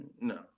no